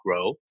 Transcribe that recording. grow